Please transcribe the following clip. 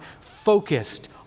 Focused